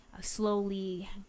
slowly